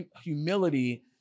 humility